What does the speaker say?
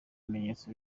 bimenyetso